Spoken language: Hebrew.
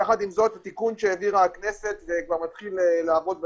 יחד עם זאת התיקון שהעבירה הכנסת וכבר מתחיל לעבוד בשטח,